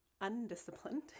undisciplined